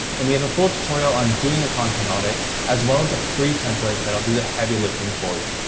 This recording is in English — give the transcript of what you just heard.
and we have a full tutorial on doing a content audit as well as a free template that'll do the heavy lifting for you.